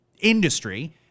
industry